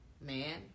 man